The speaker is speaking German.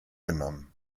genommen